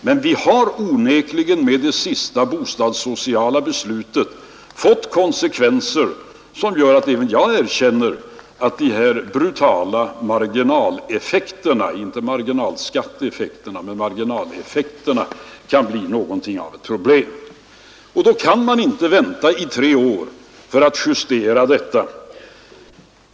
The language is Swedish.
Men det senaste bostadssociala beslutet har fått sådana konsekvenser, jag erkänner det, att de brutala marginaleffekterna — alltså inte marginalskatteeffekterna — kan bli något av ett problem. Och då menar jag att man inte kan vänta i tre år med att justera den saken.